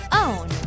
own